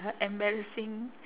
embarrassing